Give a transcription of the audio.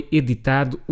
editado